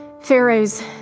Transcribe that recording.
Pharaoh's